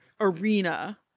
arena